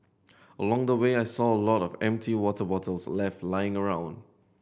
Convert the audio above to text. along the way I saw a lot of empty water bottles left lying around